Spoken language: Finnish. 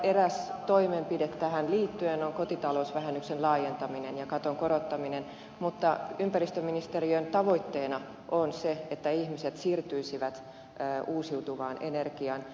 eräs toimenpide tähän liittyen on kotitalousvähennyksen laajentaminen ja katon korottaminen mutta ympäristöministeriön tavoitteena on se että ihmiset siirtyisivät uusiutuvaan energiaan